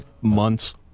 months